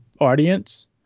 audience